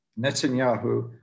Netanyahu